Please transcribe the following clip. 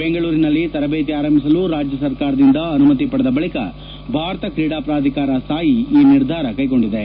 ಬೆಂಗಳೂರಿನಲ್ಲಿ ತರಬೇತಿ ಆರಂಭಿಸಲು ರಾಜ್ಞ ಸರ್ಕಾರದಿಂದ ಅನುಮತಿ ಪಡೆದ ಬಳಕ ಭಾರತ ಕ್ರೀಡಾ ಪ್ರಾಧಿಕಾರ ಸಾಯಿ ಈ ನಿರ್ಧಾರ ಕೈಗೊಂಡಿದೆ